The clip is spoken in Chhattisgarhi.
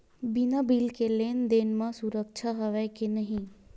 बिना बिल के लेन देन म सुरक्षा हवय के नहीं?